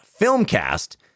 filmcast